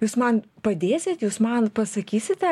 jūs man padėsit jūs man pasakysite